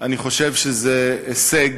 אני חושב שזה הישג